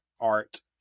art